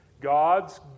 God's